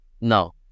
No